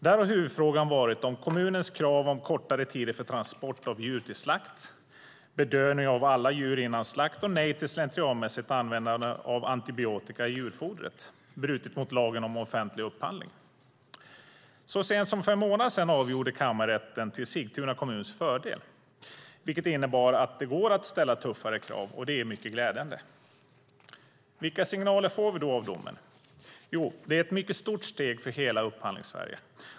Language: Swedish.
Där har huvudfrågan varit om kommunens krav på kortare tider för transport av djur till slakt, bedövning av alla djur innan slakt och nej till slentrianmässigt användande av antibiotika i djurfodret har brutit mot lagen om offentlig upphandling. Så sent som för en månad sedan avgjorde kammarrätten till Sigtuna kommuns fördel, vilket innebär att det går att ställa tuffare krav, och det är mycket glädjande. Vilka signaler får vi då av domen? Jo, det är ett mycket stort steg för hela Upphandlingssverige.